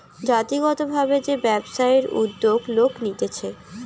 জাতিগত ভাবে যে ব্যবসায়ের উদ্যোগ লোক নিতেছে